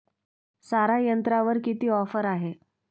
सारा यंत्रावर किती ऑफर आहे?